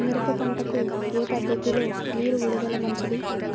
మిరప పంటకు ఏ పద్ధతిలో నీరు విడుదల మంచిది?